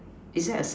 is there a stripe